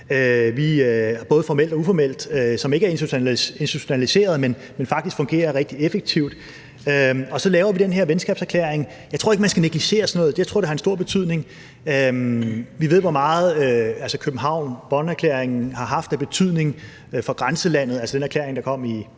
– både formelt og uformelt, og som ikke er institutionaliseret, men faktisk fungerer rigtig effektivt. Og så laver vi den her venskabserklæring, og jeg tror ikke, at man skal negligere sådan noget; jeg tror, det har en stor betydning. Vi ved, hvor stor betydning København-Bonn-erklæringerne har haft for grænselandet, altså de erklæringer, der kom i